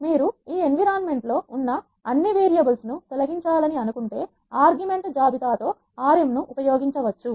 మీరు ఈ ఎన్విరాన్మెంట్ లో ఉన్న అన్ని వేరియబుల్స్ ను తొలగించాలని అను కుంటే ఆర్గ్యుమెంట్ జాబితా తో rm ను ఉపయోగించవచ్చు